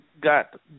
got